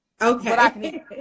Okay